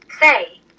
Say